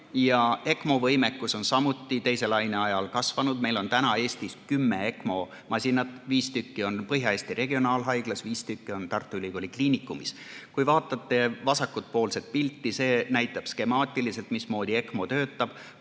Ja ECMO võimekus on samuti teise laine ajal kasvanud. Meil on Eestis kümme ECMO masinat: viis tükki Põhja-Eesti Regionaalhaiglas ja viis tükki Tartu Ülikooli Kliinikumis. Kui vaatate vasakpoolset pilti, siis see näitab skemaatiliselt, mismoodi ECMO töötab.